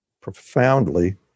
profoundly